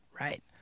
right